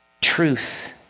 Truth